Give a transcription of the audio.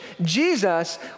Jesus